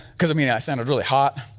because i mean, i sounded really hot.